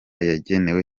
yagenewe